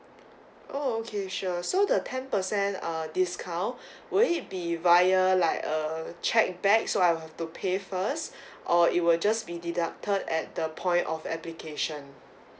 oh okay sure so the ten percent uh discount would it be via like a cheque back so I will have to pay first or it will just be deducted at the point of application